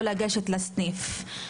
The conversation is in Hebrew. או לגשת לסניף.